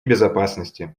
безопасности